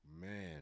Man